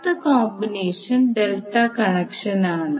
അടുത്ത combination delta കണക്ഷനാണ്